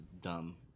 dumb